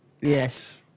Yes